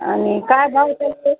आणि काय भाव चाललं आहे